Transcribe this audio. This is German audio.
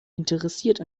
interessiert